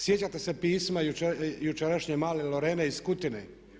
Sjećate se pisma jučerašnje male Lorene iz Kutine.